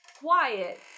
quiet